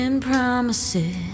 promises